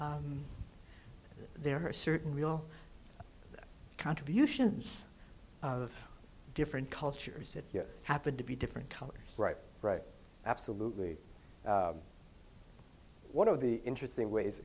there are certain real contributions of different cultures that happened to be different colors right right absolutely one of the interesting ways